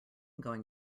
going